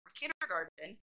kindergarten